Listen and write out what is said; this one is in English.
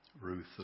Ruth